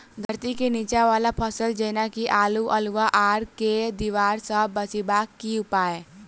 धरती केँ नीचा वला फसल जेना की आलु, अल्हुआ आर केँ दीवार सऽ बचेबाक की उपाय?